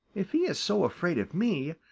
if he is so afraid of me,